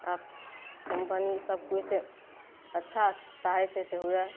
आब कम्पनी सब जे छै अच्छा चाहय छै से हुअए